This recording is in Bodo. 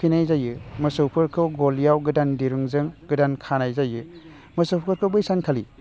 थुखैनाय जायो मोसौफोरखौ गलियाव गोदान दिरुंजों गोदान खानाय जायो मोसौफोरखौ बै सानखालि